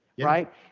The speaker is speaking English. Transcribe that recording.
right